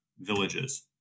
villages